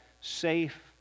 safe